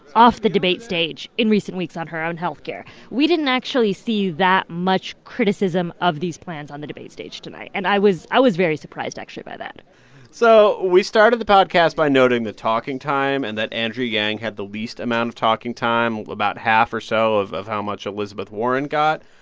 off the debate stage in recent weeks on around health care. we didn't actually see that much criticism of these plans on the debate stage tonight. and i was i was very surprised, actually, by that so we started the podcast by noting the talking time and that andrew yang had the least amount of talking time about half or so of of how much elizabeth warren got.